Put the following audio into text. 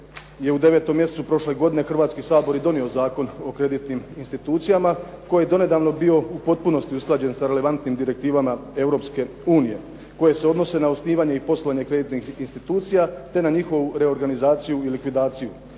u 9. mjesecu prošle godine Hrvatski sabor i donio Zakon o kreditnim institucijama koji je donedavno bio u potpunosti usklađen sa relevantnim direktivama Europske unije koje se odnose na osnivanje i poslovanje kreditnih institucija te na njihovu reorganizaciju i likvidaciju